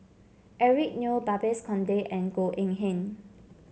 Eric Neo Babes Conde and Goh Eng Han